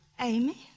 Amy